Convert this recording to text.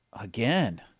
Again